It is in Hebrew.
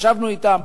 ישבנו אתם.